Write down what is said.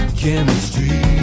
chemistry